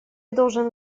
должен